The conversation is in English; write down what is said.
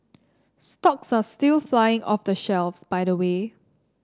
stocks are still flying off the shelves by the way